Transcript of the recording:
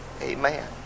Amen